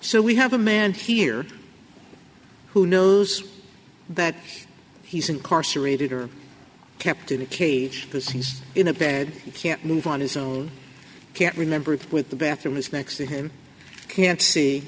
so we have a man here who knows that he's incarcerated or kept in a cage because he's in a bed you can't move on his own can't remember with the bathroom is next to him can't